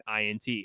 INT